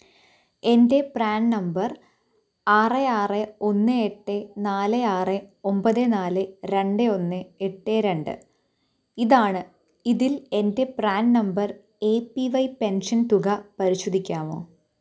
എൻ്റെ PRAN number ആറ് ആറ് ഒന്ന് എട്ട് നാല് ആറ് ഒൻപത് നാല് രണ്ട് ഒന്ന് എട്ട് രണ്ട് ഇതാണ് ഇതിൽ എൻ്റെ PRAN number A P Y pension തുക പരിശോധിക്കാമോ